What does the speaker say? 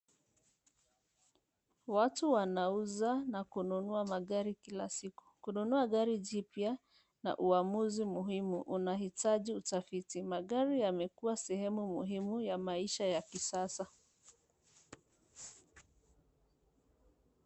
Watu wanauza na kununua magari kila siku. Kununua gari jipya na uamuzi muhimu unahitaji utafiti. Magari yamekuwa sehemu muhimu ya maisha ya kisasa.